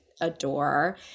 adore